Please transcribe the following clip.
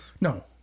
no